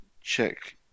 check